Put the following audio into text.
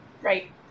Right